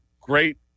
great